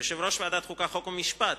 יושב-ראש ועדת החוקה, חוק ומשפט